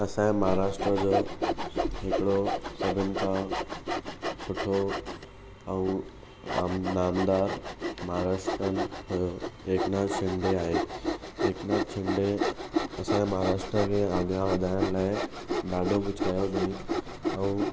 असांजे महाराष्ट्र जो हिकिड़ो सभिनि खां सुठो ऐं आमदामदार महाराष्ट्रनि हुओ एकनाथ शिंडे आहे एकनाथ शिंडे असांजे महाराष्ट्र के अॻियां वधायण लाइ ॾाढो कुझु कयो अथई ऐं